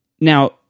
Now